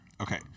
Okay